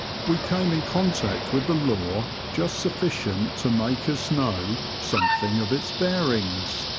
we came in contact with the law just sufficient to make us know something of its bearings.